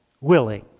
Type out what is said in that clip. willing